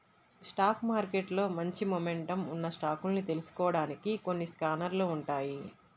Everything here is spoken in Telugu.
స్టాక్ మార్కెట్లో మంచి మొమెంటమ్ ఉన్న స్టాకుల్ని తెలుసుకోడానికి కొన్ని స్కానర్లు ఉంటాయ్